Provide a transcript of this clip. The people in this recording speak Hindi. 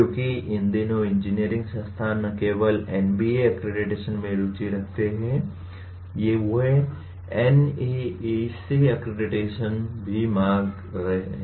क्योंकि इन दिनों इंजीनियरिंग संस्थान न केवल एनबीए अक्रेडिटेशन में रुचि रखते हैं वे एनएएसी अक्रेडिटेशन भी मांग रहे हैं